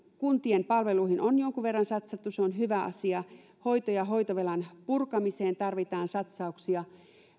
kuntien palveluihin on jonkun verran satsattu se on hyvä asia hoitovelan purkamiseen tarvitaan satsauksia